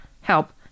help